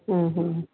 हूं हूं